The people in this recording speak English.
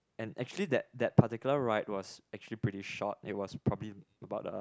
and actually that that particular ride was actually pretty short it was probably about uh